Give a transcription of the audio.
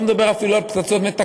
אני אפילו לא מדבר על פצצות מתקתקות,